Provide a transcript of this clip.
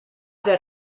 der